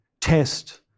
test